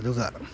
ꯑꯗꯨꯒ